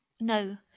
No